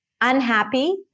unhappy